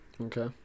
okay